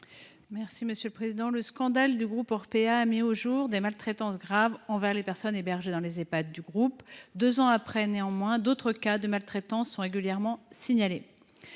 Mme Anne Souyris. Le scandale du groupe Orpea a mis au jour des maltraitances graves envers les personnes hébergées dans les Ehpad dudit groupe. Deux ans après, d’autres cas de maltraitance sont régulièrement signalés.